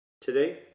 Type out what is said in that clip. today